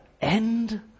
end